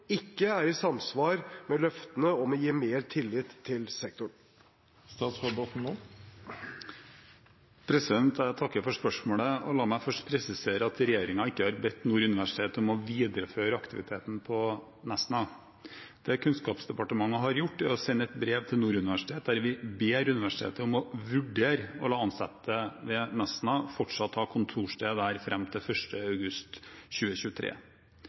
ikke er i samsvar med løftene om å gi mer tillit til sektoren?» Jeg takker for spørsmålet. La meg først presisere at regjeringen ikke har bedt Nord universitet om å videreføre aktiviteten på Nesna. Det Kunnskapsdepartementet har gjort, er å sende et brev til Nord universitet, der vi ber universitetet om å vurdere å la ansatte ved Nesna fortsatt ha kontorsted der fram til 1. august 2023.